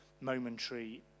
momentary